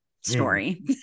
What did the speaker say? story